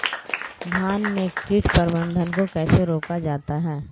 धान में कीट प्रबंधन को कैसे रोका जाता है?